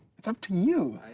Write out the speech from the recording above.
it's up to you.